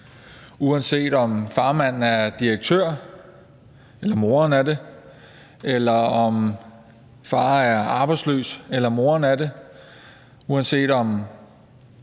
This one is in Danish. uanset om farmand er direktør eller mor er det, eller om far er